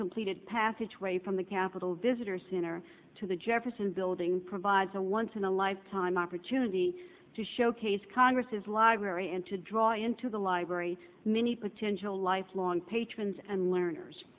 completed passageway from the capitol visitor center to the jefferson building provides a once in a lifetime opportunity to showcase congress's library and to draw into the library many potential lifelong patrons and learners